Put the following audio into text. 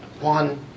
one